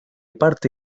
parte